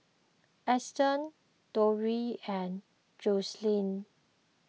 Eustace Durell and Joselyn